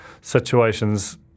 situations